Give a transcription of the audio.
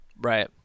Right